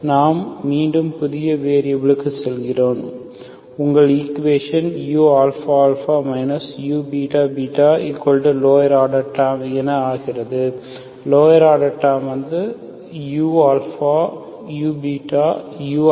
நாம் மீண்டும் புதிய வேரியபிளுக்கு செல்கிறோம் உங்கள் equation uαα uββlower order terms என ஆகிறது lower order term u u uαβ